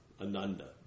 ananda